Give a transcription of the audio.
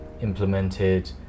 implemented